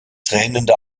tränende